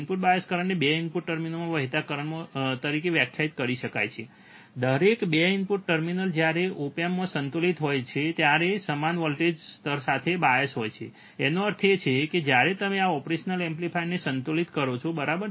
input bias કરંટને 2 input ટર્મિનલમાં વહેતા કરંટ તરીકે વ્યાખ્યાયિત કરી શકાય છે દરેક 2 ઇનપુટ ટર્મિનલ જ્યારે ઓપ એમ્પ સંતુલિત હોય ત્યારે તે સમાન વોલ્ટેજ સ્તર સાથે બાયસ હોય છે તેનો અર્થ એ છે કે જ્યારે તમે તમારા ઓપરેશનલ એમ્પ્લીફાયરને સંતુલિત કરો છો બરાબર